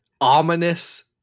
ominous